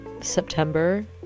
september